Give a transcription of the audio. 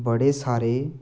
बड़े सारे